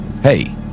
Hey